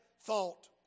thought